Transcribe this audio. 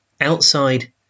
outside